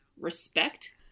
respect